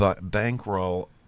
bankroll